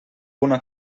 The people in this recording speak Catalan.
una